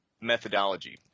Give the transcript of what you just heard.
methodology